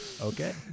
okay